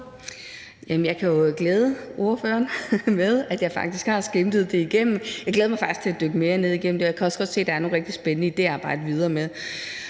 Jeg kan jo glæde ordføreren med, at jeg faktisk har skimmet det igennem. Jeg glæder mig faktisk til at dykke mere ned i det, og jeg kan også godt se, at der er nogle rigtig spændende idéer at arbejde videre med.